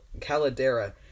caldera